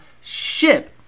ship